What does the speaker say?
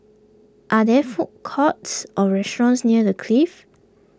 are there food courts or restaurants near the Clift